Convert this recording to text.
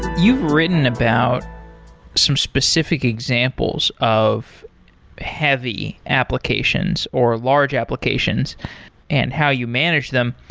you've written about some specific examples of heavy applications or large applications and how you manage them.